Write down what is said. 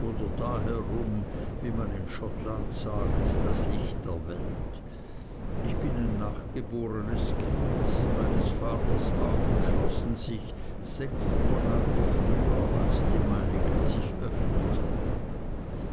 wie man in schottland sagt das licht der welt ich bin ein nachgebornes kind meines vaters augen schlossen sich sechs monate früher als die meinigen sich öffneten